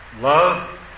love